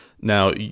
Now